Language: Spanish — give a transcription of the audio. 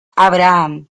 abraham